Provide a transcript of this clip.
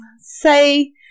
say